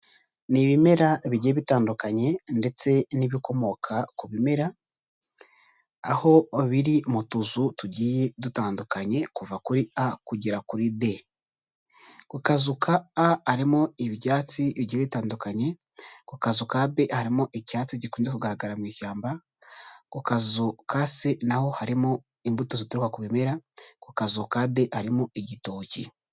Ni ibimera bigiye bitandukanye ndetse n'ibikomoka ku bimera aho biri mu tuzu tugiye dutandukanye kuva kuri a kugera kuri de, ku kazuka a harimo ibyatsi bitandukanye, ku kazu ka be harimo icyatsi gikunze kugaragara mu ishyamba, ku kazu ka se naho harimo imbuto zituruka ku bimera, ku kazu ka de harimo igitoki.